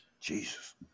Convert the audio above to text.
jesus